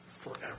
forever